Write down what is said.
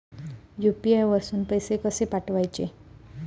UPI वरसून पैसे कसे पाठवचे?